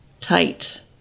tight